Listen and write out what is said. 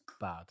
bad